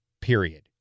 period